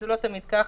זה לא תמיד כך.